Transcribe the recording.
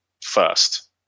first